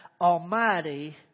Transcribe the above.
Almighty